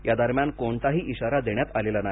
यादरम्यान कोणताही इशारा देण्यात आलेला नाही